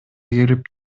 келип